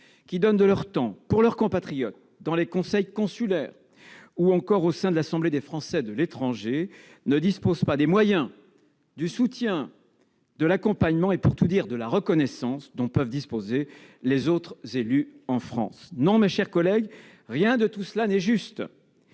qui donnent de leur temps pour leurs compatriotes au sein des conseils consulaires ou de l'Assemblée des Français de l'étranger ne disposent pas des moyens, du soutien, de l'accompagnement et, pour tout dire, de la reconnaissance dont bénéficient les autres élus en France ? Non, mes chers collègues, rien de tout cela n'est juste